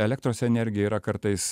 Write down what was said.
elektros energiją yra kartais